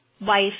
wife